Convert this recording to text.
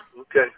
okay